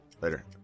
Later